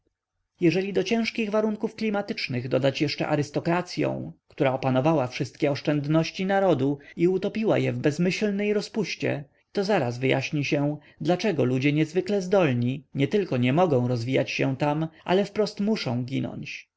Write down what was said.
jeżeli do ciężkich warunków klimatycznych dodać jeszcze arystokracyą która opanowała wszystkie oszczędności narodu i utopiła je w bezmyślnej rozpuście to zaraz wyjaśni się dlaczego ludzie niezwykłe zdolni nietylko nie mogą rozwijać się tam ale wprost muszą ginąć